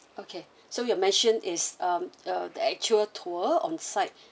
okay so your mentioned is um uh the actual tour on site